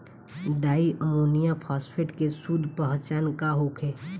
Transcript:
Di ammonium phosphate के शुद्ध पहचान का होखे?